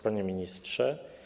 Panie Ministrze!